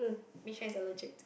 Michelle is allergic